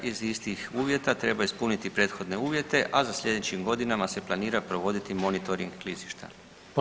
Iz istih uvjeta treba ispuniti prethodne uvjete, a za slijedećim godinama se planira provoditi monitoring klizišta.